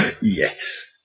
Yes